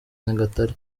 nyagatare